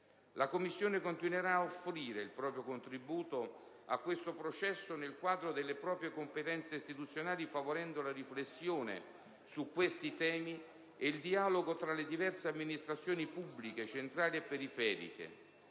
La Commissione continuerà ad offrire il proprio contributo a questo processo nel quadro delle proprie competenze istituzionali, favorendo la riflessione su questi temi e il dialogo tra le diverse amministrazioni pubbliche, centrali e periferiche,